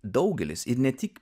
daugelis ir ne tik